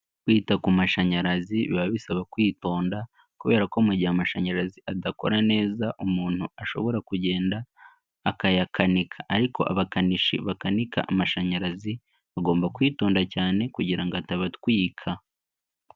Kwita ku mashanyarazi biba bisaba kwitonda kubera ko mu gihe amashanyarazi adakora neza, umuntu ashobora kugenda akayakanika ariko abakanishi bakanika amashanyarazi, bagomba kwitonda cyane kugira ngo atabatwika.